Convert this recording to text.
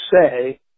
say